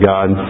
God